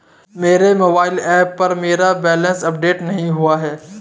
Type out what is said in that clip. मेरे mobile app पर मेरा बैलेंस अपडेट नहीं हुआ है